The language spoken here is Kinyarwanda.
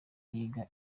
yiga